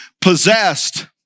possessed